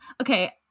okay